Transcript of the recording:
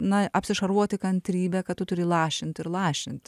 na apsišarvuoti kantrybe kad tu turi lašint ir lašint